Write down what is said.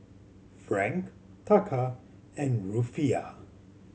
Franc Taka and Rufiyaa